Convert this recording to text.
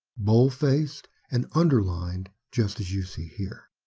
boldfaced and underlined just as you see here.